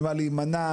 ממה להימנע,